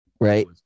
right